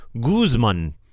Guzman